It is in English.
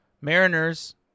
Mariners